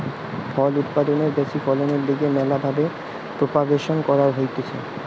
ফল উৎপাদনের ব্যাশি ফলনের লিগে ম্যালা ভাবে প্রোপাগাসন ক্যরা হতিছে